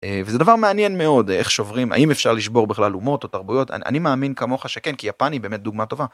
וזה דבר מעניין מאוד איך שוברים האם אפשר לשבור בכלל אומות או תרבויות אני מאמין כמוך שכן כי היפנים באמת דוגמה טובה.